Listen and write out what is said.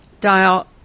dial